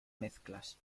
mezclas